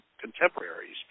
contemporaries